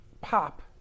pop